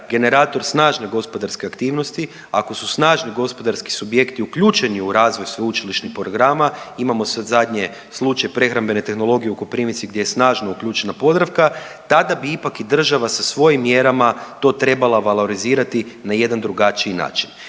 generator snažne gospodarske aktivnosti, ako su snažni gospodarski subjekti uključeni u razvoj sveučilišnih programa, imamo sad zadnje slučaj prehrambene tehnologije u Koprivnici gdje je snažno uključena Podravka, tada bi ipak i država sa svojim mjerama to trebala valorizirati na jedan drugačiji način